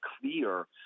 clear